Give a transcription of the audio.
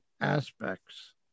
aspects